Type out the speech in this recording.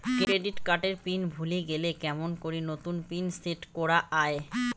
Credit card এর PIN ভুলে গেলে কেমন করি নতুন পিন সেট করা য়ায়?